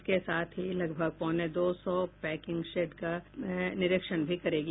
इसके साथ ही लगभग पौने दो सौ पैकिंग शेड का निरीक्षण भी करेगी